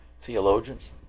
theologians